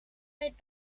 met